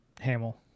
Hamill